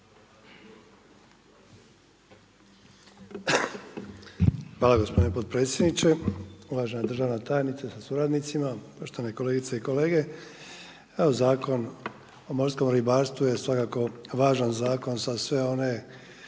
Hvala gospodine potpredsjedniče, uvažena državna tajnice sa suradnicima, poštovane kolegice i kolege. Evo Zakon o morskom ribarstvu je svakako važan zakon za sve one